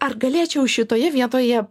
ar galėčiau šitoje vietoje